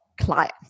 client